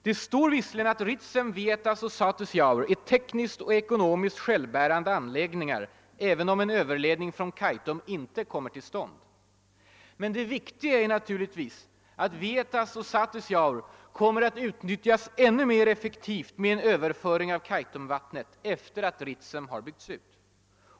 Det står visserligen att »Ritsem, Vietas och Satisjaure är tekniskt och ekonomiskt ”självbärande” anläggningar, även om Ööverledning från Kaitum inte kommer till stånd.» Men det viktiga är naturligtvis att Vietas och Satisjaure kommer att utnyttjas ännu mera effektivt med en överföring av Kaitumvattnet efter att Ritsem har byggts ut.